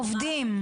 עובדים,